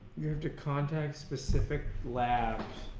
have to contact specific labs